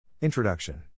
Introduction